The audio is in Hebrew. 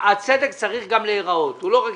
הצדק צריך גם להיראות ולא רק